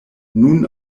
nun